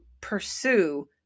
pursue